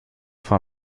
von